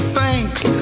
thanks